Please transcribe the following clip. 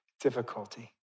difficulty